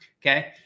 Okay